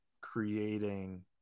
creating